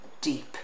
deep